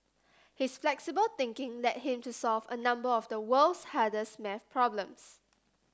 his flexible thinking led him to solve a number of the world's hardest maths problems